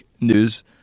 news